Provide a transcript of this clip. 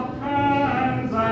hands